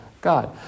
God